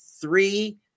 three